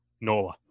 nola